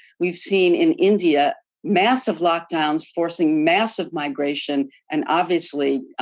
we've seen in india massive lockdowns forcing massive migration and, obviously,